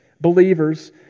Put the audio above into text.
believers